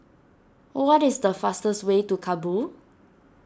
what is the fastest way to Kabul